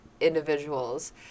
individuals